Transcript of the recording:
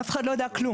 אף אחד לא יודע כלום.